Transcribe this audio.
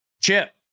Chip